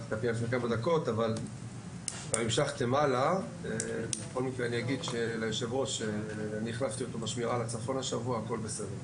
אני אגיד ליושב ראש שאני החלפתי אותו בשמירה והכול בסדר.